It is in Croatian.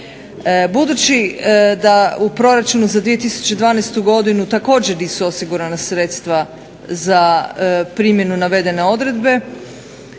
Budući da u proračunu za 2012. godinu također nisu osigurana sredstva za primjenu navedene odredbe